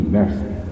mercy